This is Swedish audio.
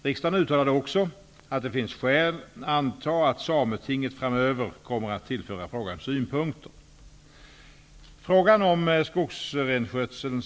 Riksdagen beslutade den 15 december 1992 enligt utskottets hemställan.